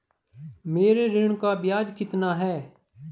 मेरे ऋण का ब्याज कितना है?